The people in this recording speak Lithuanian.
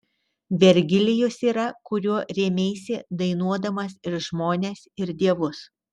vergilijus yra kuriuo rėmeisi dainuodamas ir žmones ir dievus